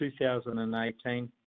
2018